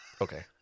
okay